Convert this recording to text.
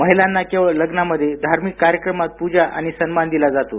महिलांना केवळ लग्नामध्येधार्मिक कार्यक्रमात पूजा आणि सन्मान दिला जातो